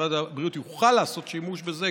שמשרד הבריאות יוכל לעשות שימוש בזה,